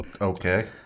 okay